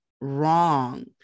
wrong